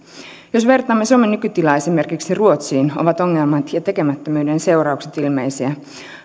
jos vertaamme suomen nykytilaa esimerkiksi ruotsiin ovat ongelmat ja tekemättömyyden seuraukset ilmeisiä